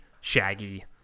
shaggy